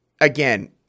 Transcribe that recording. again